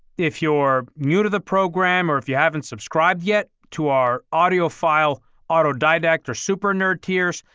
if you're new to the program or if you haven't subscribed yet to our audio file autodidact or super nerd tears,